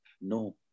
No